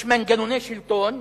יש מנגנוני שלטון,